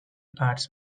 arts